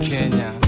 Kenya